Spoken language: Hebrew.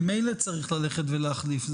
ממילא צריך ללכת ולהחליף אותה.